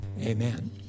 Amen